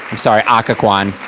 sorry occoquan.